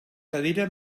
cadira